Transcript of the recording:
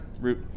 route